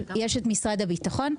משרד הביטחון,